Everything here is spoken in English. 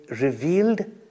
revealed